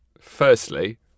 Firstly